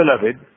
beloved